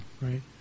Right